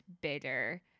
bitter